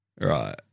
Right